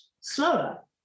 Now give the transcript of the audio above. slower